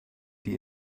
die